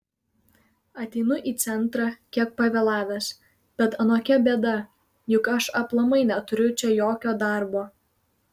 ateinu į centrą kiek pavėlavęs bet anokia bėda juk aš aplamai neturiu čia jokio darbo